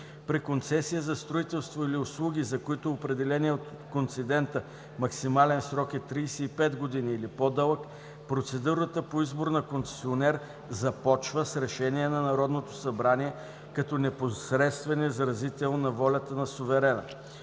При концесия за строителство или услуги, за които определеният от концедента максимален срок е 35 години или по-дълъг, процедурата по избор на концесионер започва с решение на Народното събрание като непосредствен изразител на волята на суверена.